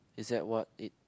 is that what it